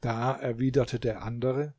da erwiderte der andere